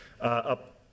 up